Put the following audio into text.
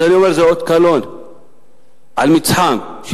אז אני אומר: זה אות קלון על מצחן של